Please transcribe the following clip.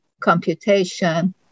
computation